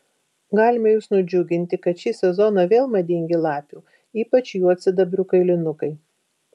galime jus nudžiuginti kad šį sezoną vėl madingi lapių ypač juodsidabrių kailinukai